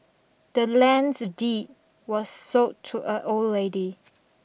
the land's deed was sold to a old lady